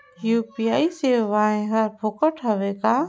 UPI सेवाएं हर फोकट हवय का?